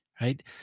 right